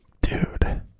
dude